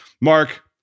Mark